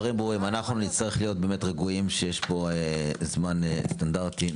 אנחנו נצטרך להיות רגועים שיש פה זמן סטנדרטי,